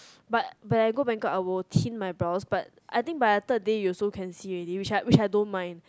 but but I go Bangkok will tint my brows but I think by the third day you also can see already which I which I don't mind